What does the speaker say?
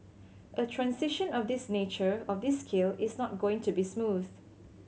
a transition of this nature of this scale is not going to be smooth